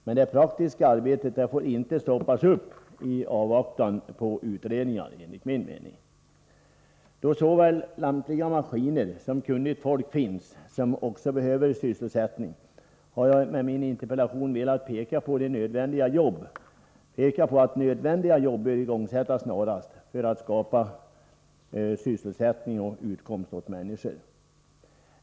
Men det praktiska arbetet får enligt min mening inte stoppas i avvaktan på utredningar. Då såväl lämpliga maskiner som kunnigt folk finns, som också behöver sysselsättning, har jag med min interpellation velat peka på att nödvändiga jobb bör igångsättas snarast för att skapa sysselsättning och utkomst åt människor.